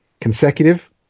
consecutive